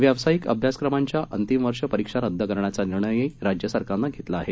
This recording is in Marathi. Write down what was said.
व्यावसायिक अभ्यासक्रमांच्या अंतिम वर्ष परीक्षा रद्द करण्याचा निर्णयही राज्य सरकारनं घेतला आहे